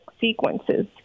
sequences